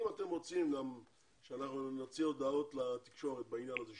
האם אתם רוצים שאנחנו נוציא הודעות לתקשורת בעניין הזה,